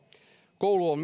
koulu on